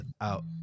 out